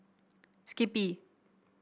skippy